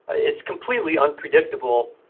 ah it's completely unpredictable,